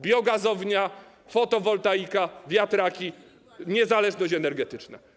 Biogazownia, fotowoltaika, wiatraki - niezależność energetyczna.